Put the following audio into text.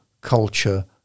culture